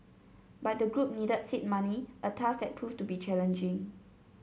but the group needed seed money a task that proved to be challenging